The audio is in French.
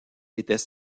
étaient